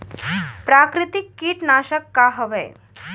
प्राकृतिक कीटनाशक का हवे?